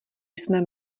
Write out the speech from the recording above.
jsme